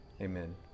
amen